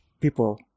people